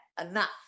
enough